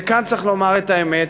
וכאן צריך לומר את האמת,